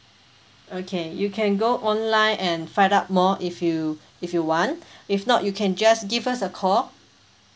okay you can go online and find out more if you if you want if not you can just give us a call